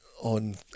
on